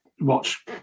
watch